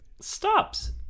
stops